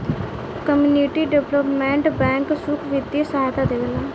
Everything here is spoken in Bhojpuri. कम्युनिटी डेवलपमेंट बैंक सुख बित्तीय सहायता देवेला